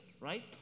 right